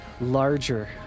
larger